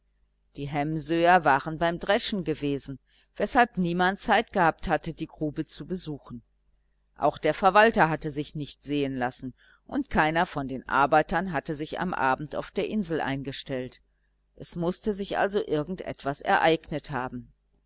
die hemsöer waren beim dreschen gewesen weshalb niemand zeit gehabt hatte die grube zu besuchen auch der verwalter hatte sich nicht sehen lassen und keiner von den arbeitern hatte sich am abend auf der insel eingestellt es mußte sich also irgend etwas ereignet haben